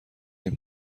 این